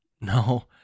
No